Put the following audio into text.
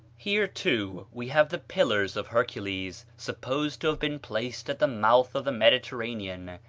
here, too, we have the pillars of hercules, supposed to have been placed at the mouth of the mediterranean,